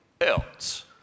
else